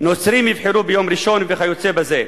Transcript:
נוצרים יבחרו ביום ראשון וכיוצא בזה.